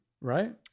right